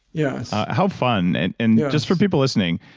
yes how fun. and and just for people listening,